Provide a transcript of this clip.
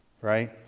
Right